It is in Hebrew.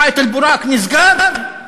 חיט אל-בוראק נסגר?